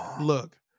look